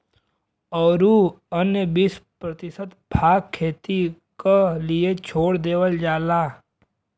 औरू अन्य बीस प्रतिशत भाग खेती क लिए छोड़ देवल जाला